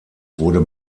wurde